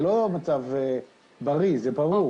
זה לא מצב בריא, זה ברור.